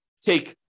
take